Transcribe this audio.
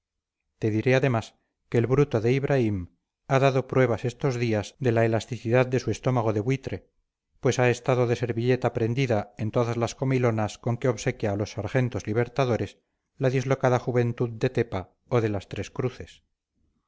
te diré además que el bruto de ibraim ha dado pruebas estos días de la elasticidad de su estómago de buitre pues ha estado de servilleta prendida en todas las comilonas con que obsequia a los sargentos libertadores la dislocada juventud de tepa o de las tres cruces